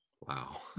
Wow